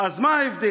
אז מה ההבדל?